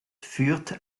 führt